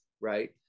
right